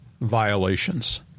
violations